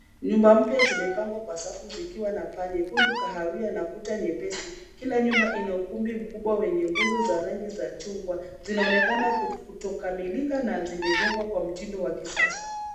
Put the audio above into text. Nyumba mpya zimepambwa kwa safu zikiwa na paa nyekundu kahawia na kuta nyepesi. kila nyumba ina ukumbi mkubwa wenye nguzo za rangi za chungwa, zinaonekana kutokamilika na zimejengwa kwa mtindo wa kisasa.